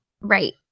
Right